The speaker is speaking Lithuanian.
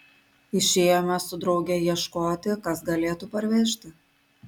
išėjome su drauge ieškoti kas galėtų pavežti